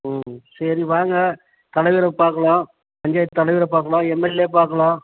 ம் சரி வாங்கள் தலைவர பார்க்கலாம் பஞ்சாயத்து தலைவரை பார்க்கலாம் எம்எல்ஏ பார்க்கலாம்